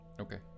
Okay